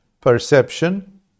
perception